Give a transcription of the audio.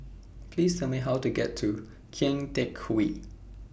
Please Tell Me How to get to Kian Teck Way